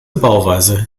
bauweise